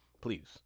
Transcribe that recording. please